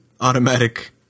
automatic